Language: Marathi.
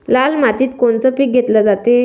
लाल मातीत कोनचं पीक घेतलं जाते?